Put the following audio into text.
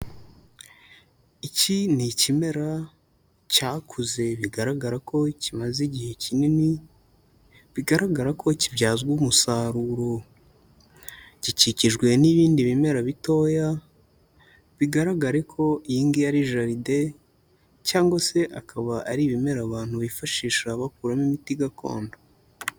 Iki ni ikimera cyakuze bigaragara ko kimaze igihe kinini, bigaragara ko kibyazwa umusaruro, gikikijwe n'ibindi bimera bitoya, bigaragare ko iyi ngiyi ari jaride, cyangwa se akaba ari ibimera abantu bifashisha bakuramo imiti gakondo.